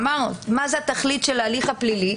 אמרנו, מה זאת התכלית של ההליך הפלילי?